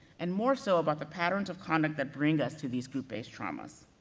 and more so, about the patterns of conduct that bring us to these group-based traumas.